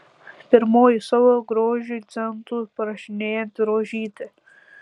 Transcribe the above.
pirmoji savo grožiui centų prašinėjanti rožytė